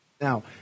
Now